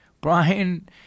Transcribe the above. Brian